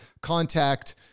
contact